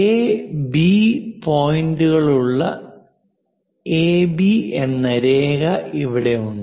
A B A B പോയിന്റുകളുള്ള AB എന്ന രേഖ ഇവിടെയുണ്ട്